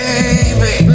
Baby